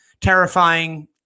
terrifying